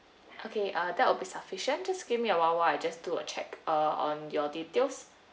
okay uh that would be sufficient just give me a while I just do a check uh on your details